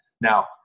Now